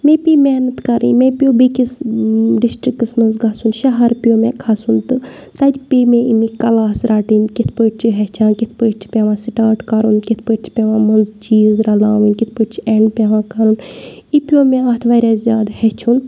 مےٚ پے محنت کَرٕنۍ مےٚ پیٚو بیٚکِس ڈِسٹِرٛکَس منٛز گژھُن شہر پیٚو مےٚ کھَسُن تہٕ تَتہِ پے مےٚ ایٚمِکۍ کلاس رَٹٕنۍ کِتھ پٲٹھۍ چھِ ہیٚچھان کِتھ پٲٹھۍ چھِ پیٚوان سٹاٹ کَرُن کِتھ پٲٹھۍ چھِ پیٚوان منٛزٕ چیٖز رَلاوُن کِتھ پٲٹھۍ چھِ اینٛڈ پیٚوان کَرُن یہِ پیٚو مےٚ اَتھ واریاہ زیادٕ ہیٚچھُن